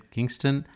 Kingston